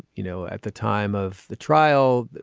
you know, at the time of the trial.